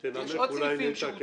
תנמק, אולי נתקן.